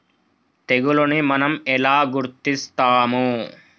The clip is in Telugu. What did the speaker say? తెగులుని మనం ఎలా గుర్తిస్తాము?